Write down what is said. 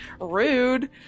Rude